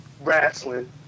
wrestling